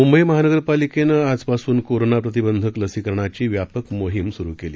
मुंबई महानगरपालिकेनं मुंबईमध्ये आजपासून कोरोना प्रतिबंधक लसीकरणाची व्यापक मोहीम सुरू केली